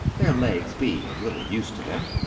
their legs being of little use to them.